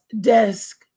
desk